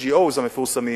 ה-NGOs המפורסמים